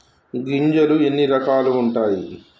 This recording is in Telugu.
గింజలు ఎన్ని రకాలు ఉంటాయి?